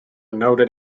noted